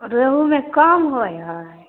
रेहूमे कम होइ हइ